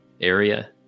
area